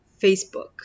Facebook